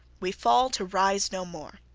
we fall to rise no more.